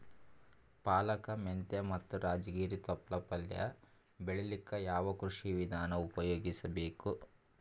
ಪಾಲಕ, ಮೆಂತ್ಯ ಮತ್ತ ರಾಜಗಿರಿ ತೊಪ್ಲ ಪಲ್ಯ ಬೆಳಿಲಿಕ ಯಾವ ಕೃಷಿ ವಿಧಾನ ಉಪಯೋಗಿಸಿ ಬೇಕು?